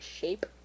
shape